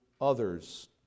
others